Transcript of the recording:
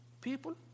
people